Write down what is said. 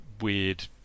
weird